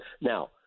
Now